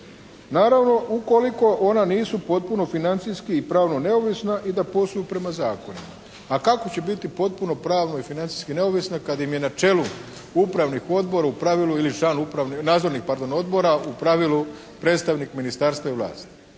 naravno ukoliko ona nisu potpuno financijski i pravno neovisna i da posluju prema zakonima. A kako će biti potpuno pravno i financijski neovisna kad im je na čelu upravni odbor u pravilu ili član upravni,